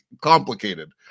complicated